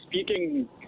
speaking